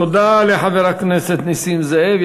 תודה לחבר הכנסת נסים זאב.